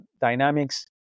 dynamics